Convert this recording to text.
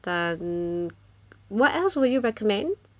then what else would you recommend